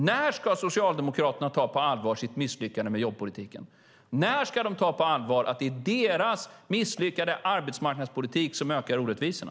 När ska Socialdemokraterna ta sitt misslyckande med jobbpolitiken på allvar? När ska de ta på allvar att det är deras misslyckade arbetsmarknadspolitik som ökar orättvisorna?